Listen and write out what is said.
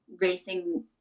racing